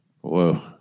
whoa